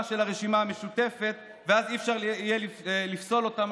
של הרשימה המשותפת ואז לא יהיה אפשר לפסול אותה,